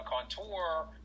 Contour